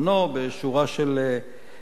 בשורה של הקלות,